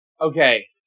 Okay